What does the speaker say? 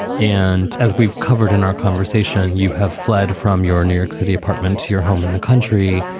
and as we've covered in our conversation, you have fled from your new york city apartment to your home in the country,